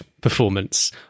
performance